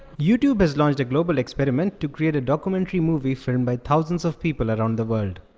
youtube has launched a global experiment to create a documentary movie filmed by thousands of people around the world.